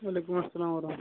وعلیکُم السلام وَرحمتہُ اللہ